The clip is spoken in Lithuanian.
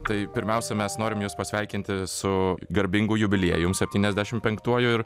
tai pirmiausia mes norim jus pasveikinti su garbingu jubiliejum septyniasdešim penktuoju ir